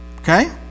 Okay